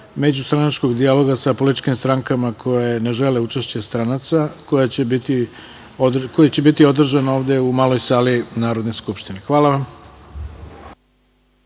međustranačkog dijaloga sa političkim strankama koje ne žele učešće stranaca, koji će biti održan ovde u maloj sali Narodne skupštine. Hvala vam.